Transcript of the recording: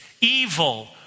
evil